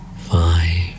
five